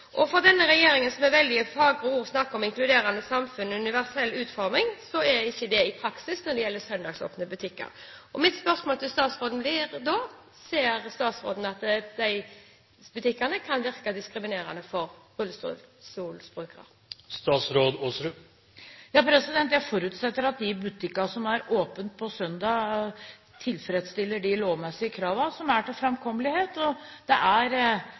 For denne regjeringen, som med veldig fagre ord snakker om et inkluderende samfunn og universell utforming, er det ikke det i praksis når det gjelder søndagsåpne butikker. Mitt spørsmål til statsråden blir da: Ser statsråden at utformingen av de butikkene kan virke diskriminerende for rullestolbrukere? Jeg forutsetter at de butikkene som er åpne på søndager, tilfredsstiller de lovmessige kravene til framkommelighet. Det er fullt mulig å få en rullestol inn i en butikk på 100 m2. Det